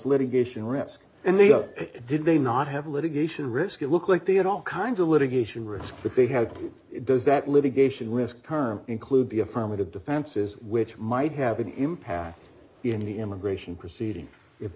litigation risk and they go did they not have a litigation risk it looked like they had all kinds of litigation risk that they had does that litigation risk terms include be affirmative defenses which might have an impact in the immigration proceedings if